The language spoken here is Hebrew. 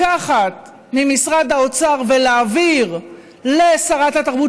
לקחת ממשרד האוצר ולהעביר לשרת התרבות,